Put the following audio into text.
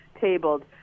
tabled